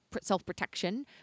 self-protection